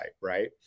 right